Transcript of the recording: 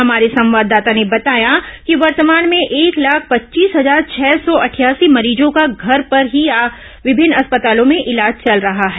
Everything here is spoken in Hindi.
हमारे संवाददाता ने बताया है कि वर्तमान में एक लाख पच्चीस हजार छह सौ अट्ठयासी मरीजों का घर पर या विभिन्न अस्पतालों भें इलाज चल रहा है